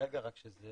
ברגע שזה